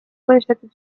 põhjustatud